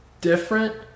different